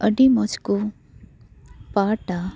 ᱟᱹᱰᱤ ᱢᱚᱸᱡᱽ ᱠᱚ ᱯᱟᱴᱟ